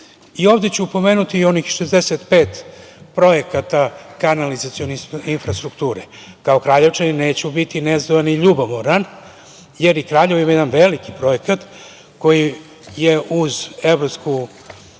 samih. Ovde ću pomenuti i onih 65 projekata kanalizacione infrastrukture. Kao Kraljevčanin neću biti nezadovoljan i ljubomoran, jer i Kraljevo ima jedan veliki projekat koji je uz Evropsku banku